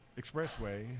expressway